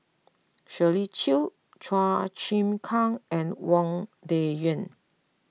Shirley Chew Chua Chim Kang and Wang Dayuan